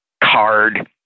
Card